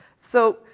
so,